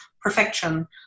perfection